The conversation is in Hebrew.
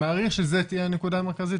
אני מעריך שזו תהיה הנקודה המרכזית,